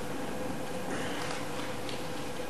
סעיפים 1 4